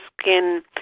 skin